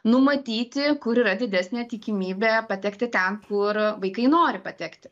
numatyti kur yra didesnė tikimybė patekti ten kur vaikai nori patekti